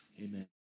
amen